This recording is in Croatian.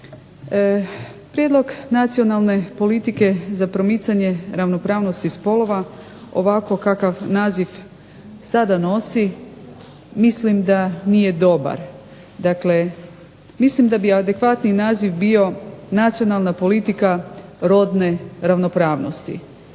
Prijedlog nacionalne politike za promicanje ravnopravnosti spolova ovako kakav naziv sada nosi mislim da nije dobar. Dakle, mislim da bi adekvatni naziv bio nacionalna politika rodne ravnopravnosti.